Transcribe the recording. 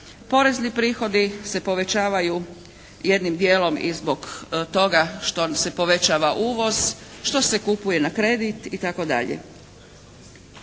Porezni prihodi se povećavaju jednim dijelom i zbog toga što se povećava uvoz, što se kupuje na kredit i